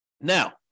Now